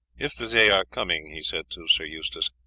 if they are coming, he said to sir eustace,